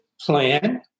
plan